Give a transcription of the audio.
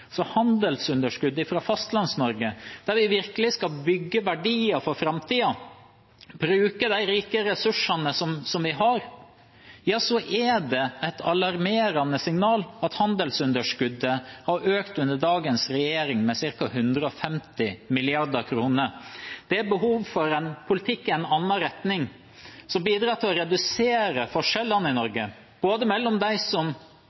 der vi virkelig skal bygge verdier for framtiden, bruke de rike ressursene som vi har, er det et alarmerende signal at handelsunderskuddet under dagens regjering har økt med ca. 150 mrd. kr. Det er behov for en politikk i en annen retning, som bidrar til å redusere forskjellene i Norge, både mellom dem som